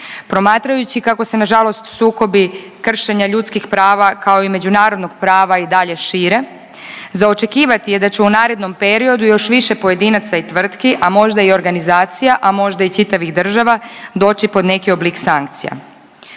Promatrajući kako se na žalost sukobi kršenja ljudskih prava kao i međunarodnog prava i dalje šire, za očekivati je da će u narednom periodu još više pojedinaca i tvrtki, a možda i organizacija, a možda i čitavih država, doći pod neki oblik sankcija.